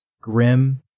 grim